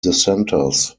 dissenters